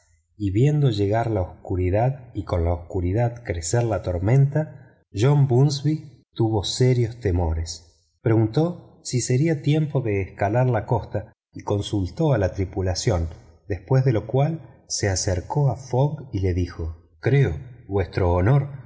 y viendo llegar la oscuridad y con la oscuridad crecer la tormenta john bunsby tuvo serios temores preguntó si sería tiempo de escalar la costa y consultó a la tripulación después de lo cual se acercó a fogg y le dijo creo vuestro honor